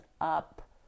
up